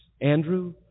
Andrew